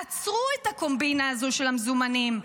עצרו את הקומבינה הזו של המזומנים,